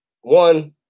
one